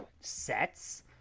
sets